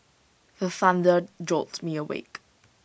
the thunder jolt me awake